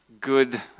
good